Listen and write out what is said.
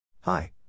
Hi